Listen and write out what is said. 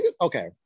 Okay